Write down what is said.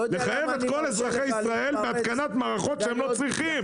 למה לחייב את כל אזרחי ישראל בהתקנת מערכות שהם לא צריכים?